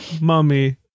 mummy